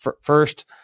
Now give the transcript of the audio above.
first